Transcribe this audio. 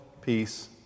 peace